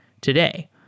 today